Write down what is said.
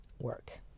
work